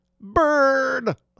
Bird